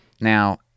Now